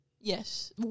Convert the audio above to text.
Yes